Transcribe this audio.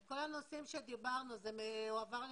כל הנושאים שדיברנו עליהם הועברו